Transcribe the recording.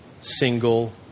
single